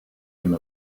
him